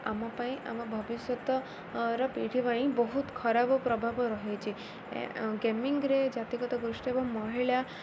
ଆମ ପାଇଁ ଆମ ଭବିଷ୍ୟତର ପିଢ଼ୀ ପାଇଁ ବହୁତ ଖରାପ ପ୍ରଭାବ ରହିଛି ଗେମିଙ୍ଗରେ ଜାତିଗତ ଗୋଷ୍ଠୀ ଏବଂ ମହିଳା